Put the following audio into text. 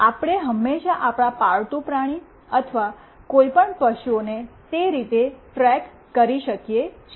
આપણે હંમેશાં આપણા પાળતુ પ્રાણી અથવા કોઈપણ પશુઓને તે રીતે ટ્રેક કરી શકીએ છીએ